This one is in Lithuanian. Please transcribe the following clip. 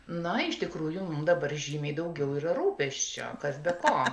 na iš tikrųjų mums dabar žymiai daugiau yra rūpesčio kas be ko